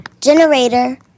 generator